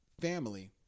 family